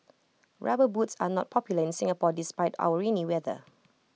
rubber boots are not popular in Singapore despite our rainy weather